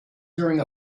during